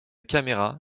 caméra